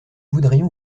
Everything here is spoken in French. voudrions